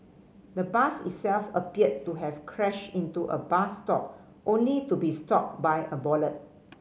the bus itself appeared to have crashed into a bus stop only to be stopped by a bollard